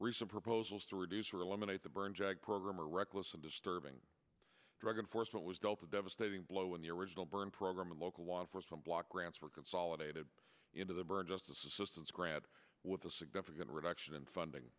recent proposals to reduce or eliminate the burn jag program a reckless and disturbing drug enforcement was dealt a devastating blow in the original burn program and local law enforcement block grants were consolidated into the burn justice assistance grant with a significant reduction in funding